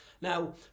Now